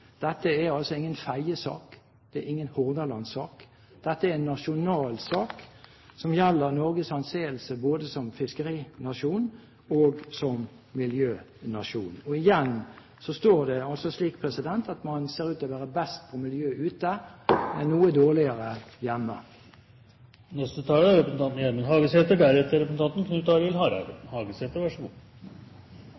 Dette er altså ingen Fedje-sak, det er ingen Hordaland-sak, dette er en nasjonal sak som gjelder Norges anseelse både som fiskerinasjon og som miljønasjon. Igjen er det slik at man ser ut til å være best på miljø ute, og noe dårligere hjemme. Det er